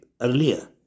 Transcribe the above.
earlier